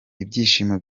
ibyishimo